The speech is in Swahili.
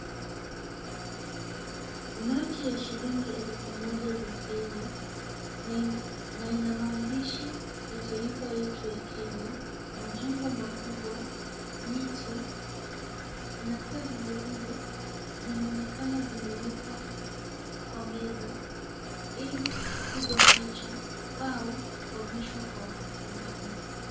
Noti ya shilingi elfu moja za Kenya, na ina maandishi ya taifa yetu la Kenya, majumba makubwa, miti na pia vilevile zinaonekana zimewekwa kwa meza ili kupigwa picha au kuonyeshwa kwa watu fulani.